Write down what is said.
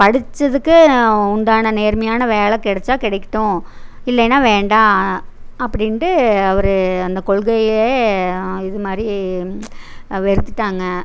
படித்ததுக்கு உண்டான நேர்மையான வேலை கெடைச்சா கெடைக்கட்டும் இல்லைன்னா வேண்டாம் அப்படின்ட்டு அவர் அந்த கொள்கையையே இது மாதிரி வெறுத்துட்டாங்க